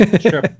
Sure